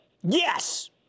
Yes